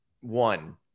one